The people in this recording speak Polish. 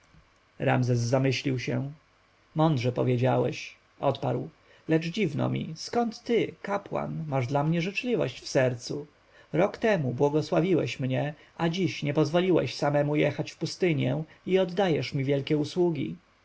ramzes zamyślił się mądrze powiedziałeś odparł lecz dziwno mi skąd ty kapłan masz dla mnie życzliwość w sercu rok temu błogosławiłeś mnie a dziś nie pozwoliłeś samemu jechać w pustynię i oddajesz mi wielkie usługi